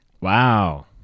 Wow